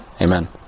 amen